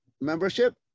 membership